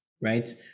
right